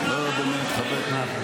ובעוד ארבע שנים הציבור יחזיר אותה.